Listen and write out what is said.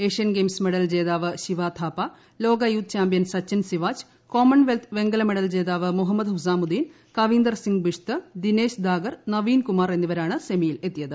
Asian Games medal ജേതാവ് ശിവഥാപ ലോക youth champion Sachin Siwach കോമൺഏപ്ൽത്ത് വെങ്കല മെഡൽ ജേതാവ് മുഹമ്മദ് ഹുസാമുദ്ദീൻ ക്വീന്ദ്രർ സിങ്ങ് ബിഷ്ത് ദിനേശ് ദാഗർ നവീൻ കുമാർ എന്നിവരാണ് സെമിയിലെത്തിയത്